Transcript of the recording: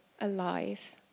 alive